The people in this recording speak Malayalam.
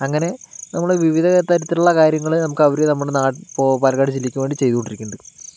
അങ്ങനെ നമ്മുടെ വിവിധതരത്തിലുള്ള കാര്യങ്ങൾ നമുക്ക് അവർ നമ്മുടെ നാട്ടിൽ ഇപ്പോൾ പാലക്കാട് ജില്ലയ്ക്ക് വേണ്ടി ചെയ്തുകൊണ്ടിരിക്കുന്നുണ്ട്